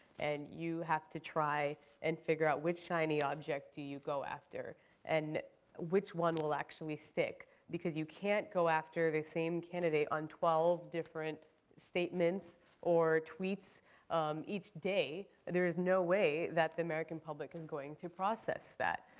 and you have to try and figure out which shiny object do you go after and which one will actually stick. because you can't go after the same candidate on twelve different statements or tweets each day, there is no way the american public is going to process that.